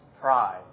pride